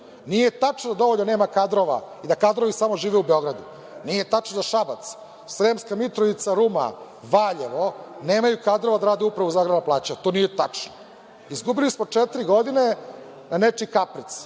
Nije tačno da ovde nema kadrova i da kadrovi samo žive u Beogradu. Nije tačno da Šabac, Sremska Mitrovica, Ruma, Valjevo, nemaju kadrove da rade Upravu za agrarna plaćanja. To nije tačno. Izgubili smo četiri godine na nečiji kapric,